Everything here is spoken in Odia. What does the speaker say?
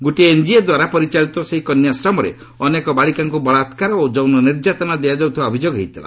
ଗୋଟିଏ ଏନ୍ଜିଓଦ୍ୱାରା ପରିଚାଳିତ ସେହି କନ୍ୟାଶ୍ରମରେ ଅନେକ ବାଳିକାଙ୍କୁ ବଳାକ୍କାର ଓ ଯୌନ ନିର୍ଯାତନା ଦିଆଯାଉଥିବା ଅଭିଯୋଗ ହୋଇଥିଲା